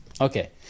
Okay